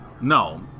No